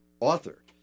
author